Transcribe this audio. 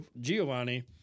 Giovanni